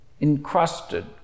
encrusted